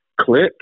Click